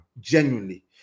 genuinely